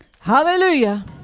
Hallelujah